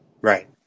Right